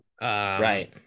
right